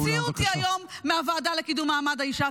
אבל הוציאו אותי היום מהוועדה לקידום מעמד האישה.